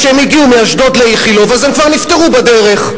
ועד שהם הגיעו מאשדוד ל"איכילוב" הם נפטרו בדרך.